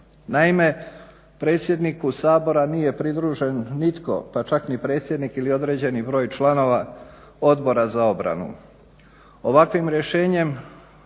Naime, predsjedniku Sabora nije pridružen nitko, pa čak ni predsjednik ili određeni broj članova Odbora za obranu. Ovakvim rješenjem